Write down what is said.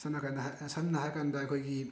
ꯁꯝꯅ ꯍꯥꯏꯔ ꯀꯥꯟꯗ ꯑꯩꯈꯣꯏꯒꯤ